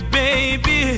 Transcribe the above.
baby